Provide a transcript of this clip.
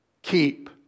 keep